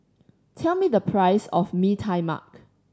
tell me the price of Mee Tai Mak